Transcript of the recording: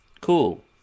Cool